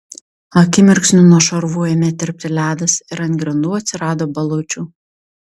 akimirksniu nuo šarvų ėmė tirpti ledas ir ant grindų atsirado balučių